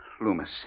Loomis